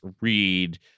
read